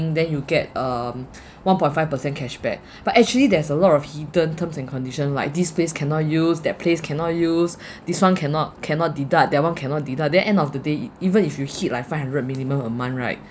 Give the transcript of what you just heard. then you get um one point five per cent cashback but actually there's a lot of hidden terms and conditions like this place cannot use that place cannot use this one cannot cannot deduct that one cannot deduct then end of the day e~ even if you hit like five hundred minimum a month right